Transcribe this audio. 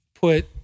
Put